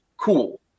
cool